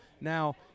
Now